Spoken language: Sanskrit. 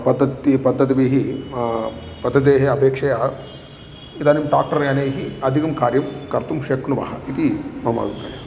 पद्धतिः पद्धतिभिः पद्धतेः अपेक्षया इदानीं टाक्टर् यानैः अधिकं कार्यं कर्तुं शक्नुवः इति मम अभिप्रायः